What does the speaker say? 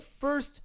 first